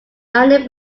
london